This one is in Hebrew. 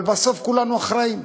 אבל בסוף כולנו אחראים.